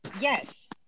Yes